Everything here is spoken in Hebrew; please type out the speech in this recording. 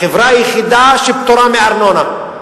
החברה היחידה שפטורה מארנונה.